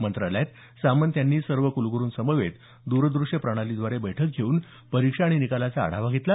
मंत्रालयात सामंत यांनी सर्व कुलगुरुंसमवेत दूरदृश्य प्रणालीद्वारे बैठक घेवून परीक्षा आणि निकालाचा आढावा घेतला